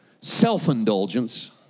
self-indulgence